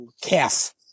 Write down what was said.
calf